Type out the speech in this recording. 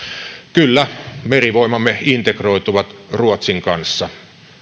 kyllä merivoimamme integroituu ruotsin kanssa